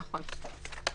נכון.